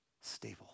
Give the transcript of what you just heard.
stable